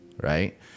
right